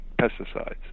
pesticides